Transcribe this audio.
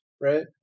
right